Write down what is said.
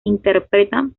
interpretan